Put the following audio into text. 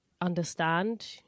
understand